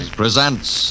presents